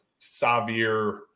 Savir